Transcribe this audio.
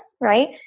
right